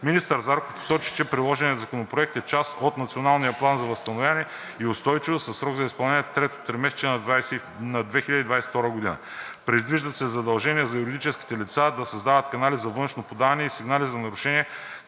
Министър Зарков посочи, че предложеният законопроект е част от Националния план за възстановяване и устойчивост със срок за изпълнение – третото тримесечие на 2022 г. Предвиждат се задължения за юридическите лица да създадат канали за вътрешно подаване на сигнали за нарушения,